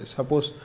Suppose